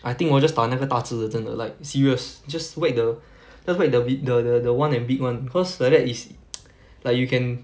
I think 我要 just 打那个大只的真的 like serious just whack the just whack the bi~ the the the one that the big [one] because like that is like you can